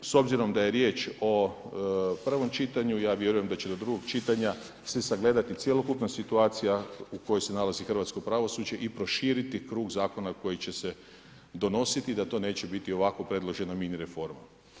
S obzirom da je riječ o prvom čitanju ja vjerujem da će do drugog čitanja se sagledati cjelokupna situacija u kojoj se nalazi hrvatsko pravosuđe i proširiti krug zakona koji će se donositi i da to neće biti ovako predložena mini reforma.